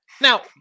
Now